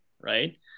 Right